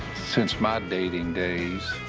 since my dating days,